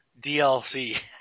DLC